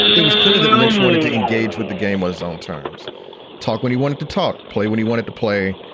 it was clear that lynch wanted to engage with the game was zone terms talk when he wanted to talk, play when he wanted to play,